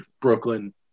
Brooklyn